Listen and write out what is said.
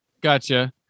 Gotcha